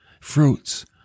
fruits